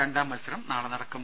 രണ്ടാം മത്സരം നാളെ നടക്കും